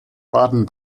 baden